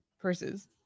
purses